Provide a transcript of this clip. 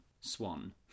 Swan